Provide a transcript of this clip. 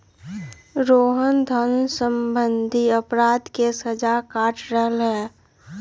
रोहना धन सम्बंधी अपराध के सजा काट रहले है